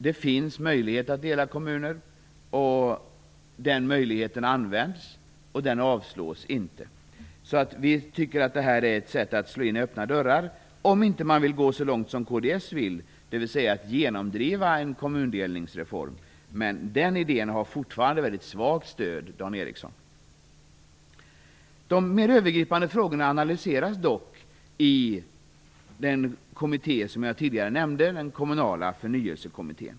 Det finns en möjlighet att dela kommuner. Den möjligheten används också, och den avslås inte. Vi tycker att detta är ett sätt att slå in öppna dörrar, om man nu inte vill gå så långt som Kds vill, dvs. att genomdriva en kommundelningsreform. Men den idén har fortfarande ett väldigt svagt stöd, Dan Ericsson. De mer övergripande frågorna analyseras dock i den kommitté jag tidigare nämnde - den Kommunala förnyelsekommittén.